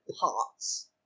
parts